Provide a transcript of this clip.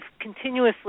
continuously